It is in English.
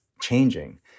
changing